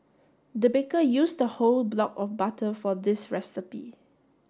the baker used a whole block of butter for this recipe